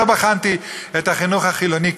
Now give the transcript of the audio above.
לא בחנתי את החינוך החילוני,